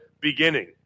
beginning